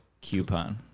Coupon